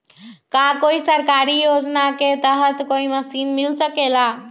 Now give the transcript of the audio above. का कोई सरकारी योजना के तहत कोई मशीन मिल सकेला?